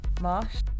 Marsh